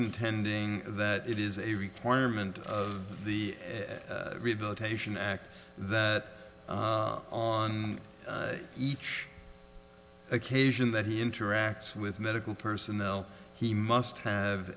contending that it is a requirement of the rehabilitation act that on each occasion that he interacts with medical personnel he must have